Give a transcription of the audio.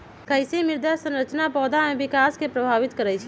कईसे मृदा संरचना पौधा में विकास के प्रभावित करई छई?